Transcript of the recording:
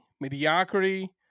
mediocrity